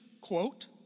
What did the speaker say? Quote